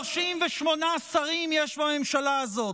38 שרים יש בממשלה הזאת,